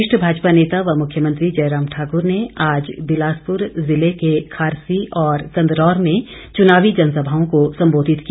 वरिष्ठ भाजपा नेता व मुख्यमंत्री जयराम ठाकुर ने आज ंबिलासपुर जिले के खारसी और कन्दरौर में चुनावी जनसभाओं को सम्बोधित किया